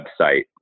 website